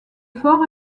fort